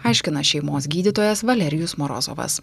aiškina šeimos gydytojas valerijus morozovas